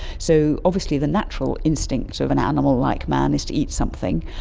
so obviously the natural instincts of an animal like man is to eat something,